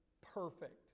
perfect